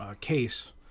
case